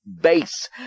base